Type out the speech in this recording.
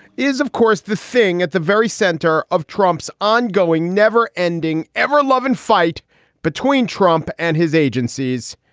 is, of course, the thing at the very center of trump's ongoing, never ending, ever loving fight between trump and his agencies.